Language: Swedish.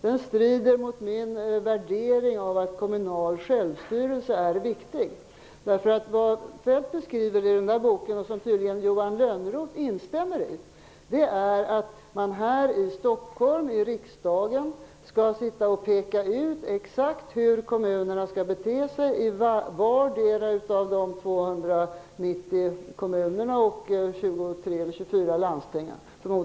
Det strider mot min värdering av att det är viktigt med kommunal självstyrelse. Det som Feltdt beskriver i sin bok, och som Johan Lönnroth tydligen instämmer i, är att man här i riksdagen i Stockholm skall ange exakt hur var och en av de 290 kommunerna och -- som jag förmodar -- de 24 landstingen skall bete sig.